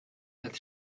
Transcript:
that